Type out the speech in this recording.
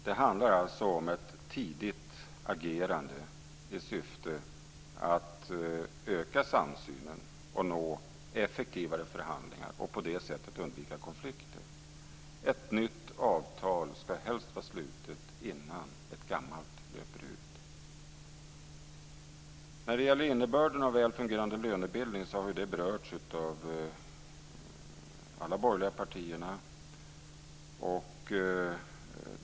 Det handlar alltså om ett tidigt agerande i syfte att öka samsynen, nå effektivare förhandlingar och på det sättet undvika konflikter. Ett nytt avtal ska helst vara slutet innan ett gammalt löper ut. Innebörden av en väl fungerande lönebildning har berörts av alla de borgerliga partierna.